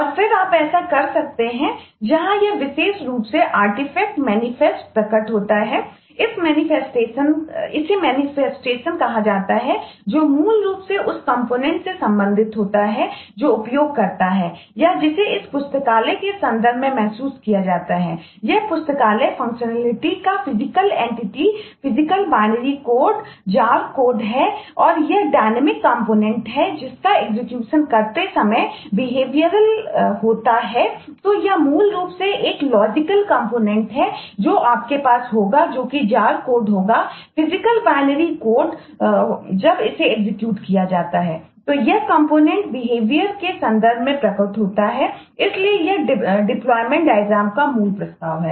और फिर आप ऐसा कर सकते हैं जहां यह विशेष रूप से अर्टिफैक्ट मैनिफेस्ट का मूल प्रस्ताव है